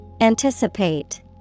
Anticipate